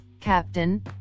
captain